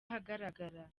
ahagaragara